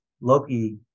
Loki